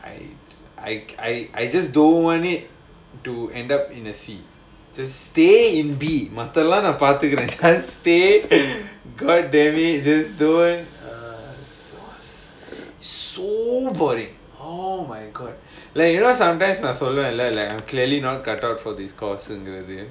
I I I I just don't want it to end up in a C just stay in B மத்ததெல்லாம் நான் பார்த்துக்குறேன்:mathathellaam naan paarthukkuraen just stay god damn it just don't err so boring oh my god like you know sometimes நான் சொல்வேன்ல:naan solvaenla I clearly not cut out for this course in university